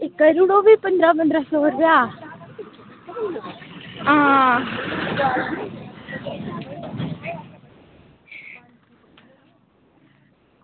एह् करी ओड़ेओ भी पंदरां पंदरां सौ रपेआ आं